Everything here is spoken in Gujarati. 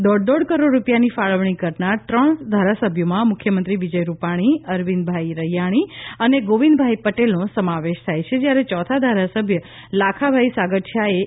દોઢ દોઢ કરોડ રૂપિયાની ફાળવણી કરનાર ત્રણ ધારાસભ્યોમાં મુખ્યમંત્રી વિજય રૂપાણી અરવિંદભાઈ રૈયાણી અને ગોવિંદભાઈ પટેલનો સમાવેશ થાય છે જ્યારે ચોથા ધારાસભ્ય લાખાભાઈ સાગઠીયાએ રૂ